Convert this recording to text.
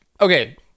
Okay